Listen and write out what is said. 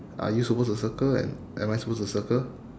are you supposed to circle and am I supposed to circle